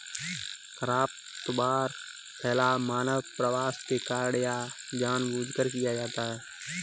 खरपतवार फैलाव मानव प्रवास के कारण या जानबूझकर किया जाता हैं